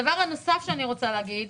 דבר נוסף שאני רוצה להגיד,